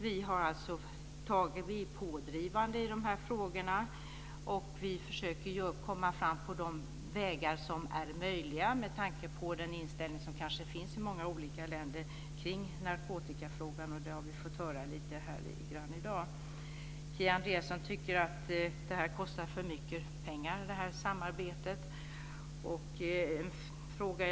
Vi är pådrivande i de frågorna. Vi försöker att komma fram på de vägar som är möjliga med tanke på den inställning som kanske finns i många olika länder kring narkotikafrågan. Det har vi fått höra lite grann här i dag. Kia Andreasson tycker att det här samarbetet kostar för mycket pengar.